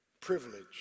privilege